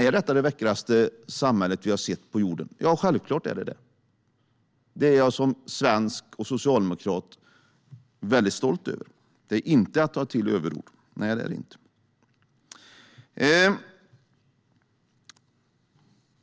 Är detta det vackraste samhälle vi har sett på jorden? Ja, det är det självklart. Det är jag som svensk och socialdemokrat stolt över, och det är inte att ta till överord.